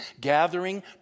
gathering